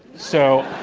so